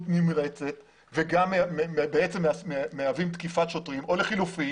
נמרצת ובעצם מהווים תקיפת שוטרים או לחילופין